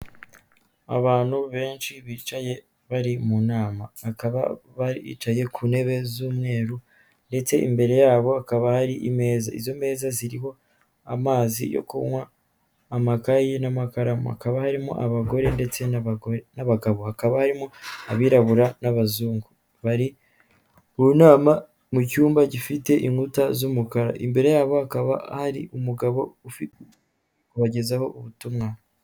Abantu benshi bicaye bari mu nama bakaba baricaye ku ntebe z'umweru ndetse imbere yabo akaba hari meza, izo meza ziriho amazi yo kunywa amakayi n'amakaramu hakaba harimo abagore ndetse n'abagabo hakaba harimo abirabura n'abazungu bari mu nama mu cyumba gifite inkuta z'umukara imbere yabo akaba ari umugabo ubagezaho ubutumwa.